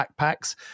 backpacks